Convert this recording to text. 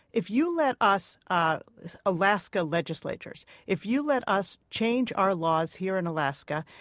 if you let us ah alaska legislatures if you let us change our laws here in alaska,